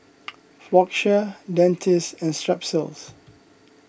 Floxia Dentiste and Strepsils